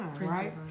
Right